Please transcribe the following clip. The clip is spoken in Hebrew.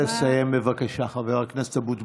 תן לה לסיים, בבקשה, חבר הכנסת אבוטבול.